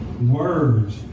words